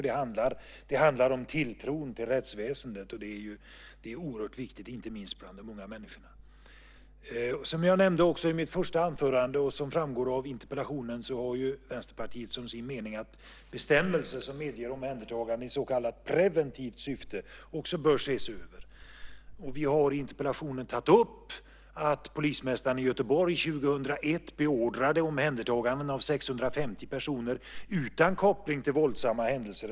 Det handlar om tilltron till rättsväsendet. Det är oerhört viktigt, inte minst bland de unga människorna. Som jag nämnde i mitt första anförande och som framgår av interpellationen har Vänsterpartiet som sin mening att bestämmelser som medger omhändertagande i så kallat preventivt syfte också bör ses över. Vi har i interpellationen tagit upp att polismästaren i Göteborg 2001 beordrade omhändertaganden av 650 personer utan koppling till våldsamma händelser.